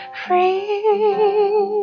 free